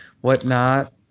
whatnot